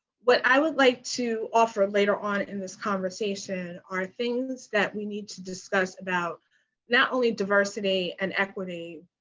what i would like to offer later on in this conversation are things that we need to discuss about not only diversity and equity,